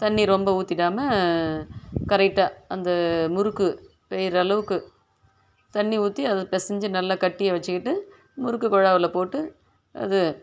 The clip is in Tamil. தண்ணி ரொம்ப ஊற்றிடாம கரெக்டாக அந்த முறுக்கு பிழிகிற அளவுக்கு தண்ணி ஊற்றி அது பிசஞ்சி நல்லா கட்டியாக வெச்சுக்கிட்டு முறுக்கு கொழாயில போட்டு அது